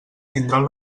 tindran